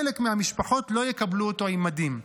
חלק מהמשפחות לא יקבלו אותו עם מדים.